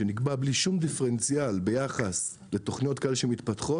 שנקבע בלי שום דיפרנציאציה ביחס לתוכניות שמתפתחות,